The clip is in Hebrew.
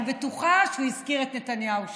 אני בטוחה שהוא הזכיר את נתניהו שם.